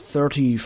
Thirty